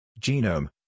Genome